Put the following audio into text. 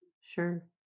Sure